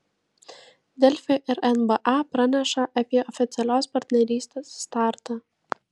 delfi ir nba praneša apie oficialios partnerystės startą